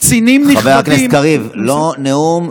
קצינים נכבדים, חבר הכנסת קריב, לא נאום.